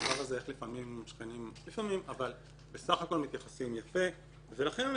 אבל בסך הכל מתייחסים יפה ולכן,